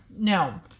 No